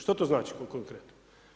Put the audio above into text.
Što to znači konkretno?